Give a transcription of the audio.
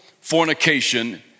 fornication